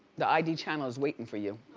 the id channel is waiting for you.